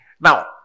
Now